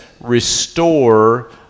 restore